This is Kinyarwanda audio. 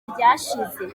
ryashize